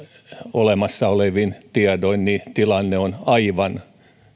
olemassa olevin tiedoin tilanne on aivan